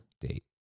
date